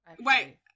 Wait